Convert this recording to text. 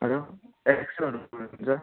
hello एक्सएलहरू हुन्छ